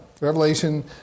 Revelation